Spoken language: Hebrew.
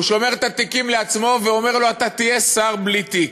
הוא שומר את התיקים לעצמו ואומר לו: אתה תהיה שר בלי תיק.